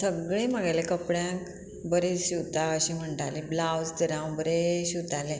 सगळें म्हागेले कपड्यांक बरें शिंवता अशें म्हणटालें ब्लावज तर हांव बरे शिंवतालें